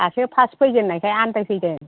दासो फार्स्ट फैजेननायखाय आनदायफैदों